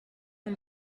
een